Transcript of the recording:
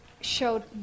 showed